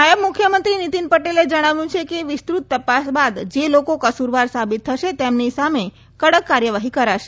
નાયબ મુખ્યમંત્રી નીતીન પટેલે જણાવ્યું હતું કે વિસ્તૃત તપાસ બાદ જે લોકો કસૂરવાર સાબિત થશે તેમની સામે કડક કાર્યવાહી કરાશે